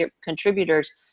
contributors